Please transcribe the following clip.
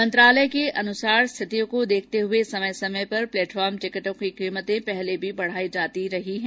मंत्रालय के अनुसार स्थितियों को देखते हए समय समय पर प्लेटफार्म टिकटों की कीमतें पहले भी बढाई जाती रही हैं